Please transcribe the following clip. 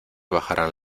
bajarán